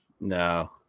no